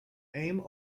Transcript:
aim